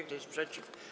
Kto jest przeciw?